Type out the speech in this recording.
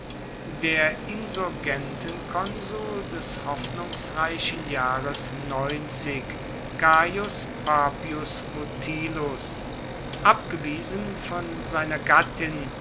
der insurgentenkonsul des hoffnungsreichen jahres gaius papius mutilus abgewiesen von seiner gattin